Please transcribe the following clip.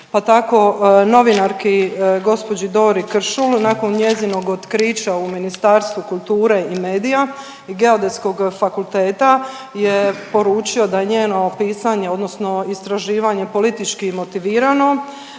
pa tako, novinarki, gđi Dori Kršul, nakon njezina otkrića u Ministarstvu kulture i medija i Geodetskog fakulteta je poručio da njeno pisanje, odnosno istraživanje politički motivirano,